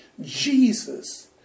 Jesus